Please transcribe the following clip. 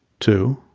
two,